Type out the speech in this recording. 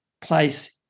place